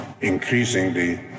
increasingly